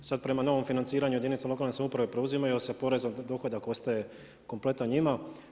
Sada prema novom financiranju jedinica lokalne samouprave preuzimaju jer se porezom, dohodak ostaje kompletan njima.